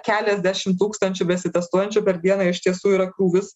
keliasdešim tūkstančių besitestuojančių per dieną iš tiesų yra krūvis